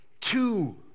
two